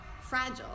fragile